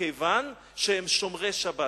מכיוון שהם שומרי שבת.